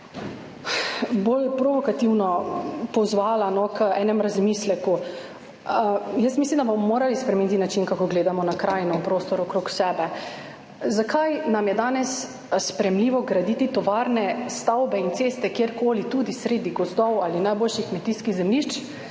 bolj provokativno pozvala k enemu razmisleku. Jaz mislim, da bomo morali spremeniti način, kako gledamo na krajino, prostor okrog sebe. Zakaj nam je danes sprejemljivo graditi tovarne, stavbe in ceste kjerkoli, tudi sredi gozdov ali najboljših kmetijskih zemljišč,